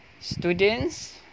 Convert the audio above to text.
Students